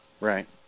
Right